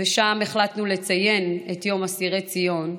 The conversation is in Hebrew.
החלטנו לציין שם את יום אסירי ציון.